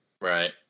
Right